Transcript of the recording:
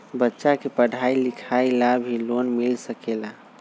बच्चा के पढ़ाई लिखाई ला भी लोन मिल सकेला?